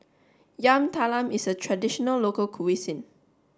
Yam Talam is a traditional local cuisine